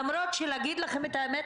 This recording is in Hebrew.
למרות שאם אני אגיד לכם את האמת,